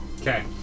Okay